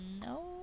No